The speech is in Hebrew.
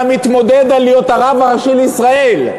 היה מתמודד על להיות הרב הראשי לישראל,